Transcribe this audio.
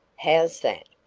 how's that?